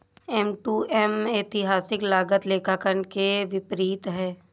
M to M ऐतिहासिक लागत लेखांकन के विपरीत है